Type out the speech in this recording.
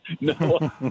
No